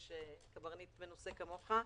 יש קברניט כמוך.